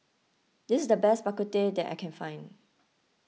this is the best Bak Kut Teh that I can find